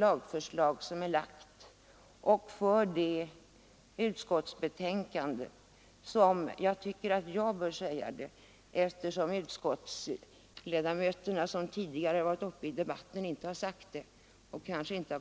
Jag vill också gärna säga — eftersom de utskottsledamöter som har varit uppe i debatten inte har gjort det — att utskottsbetänkandet